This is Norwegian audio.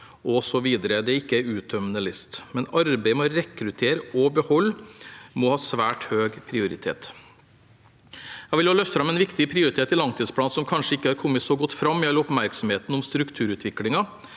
osv. Dette er ikke en uttømmende liste, men arbeidet med å rekruttere og beholde må ha svært høy prioritet. Jeg vil også løfte fram en viktig prioritet i langtidsplanen som kanskje ikke har kommet så godt fram i all oppmerksomheten om strukturutviklingen,